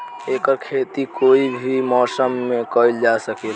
एकर खेती कोई भी मौसम मे कइल जा सके ला